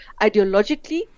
ideologically